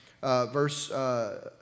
verse